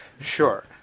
sure